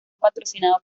patrocinado